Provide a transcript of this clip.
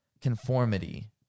conformity